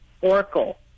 Oracle